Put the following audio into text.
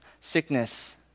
sickness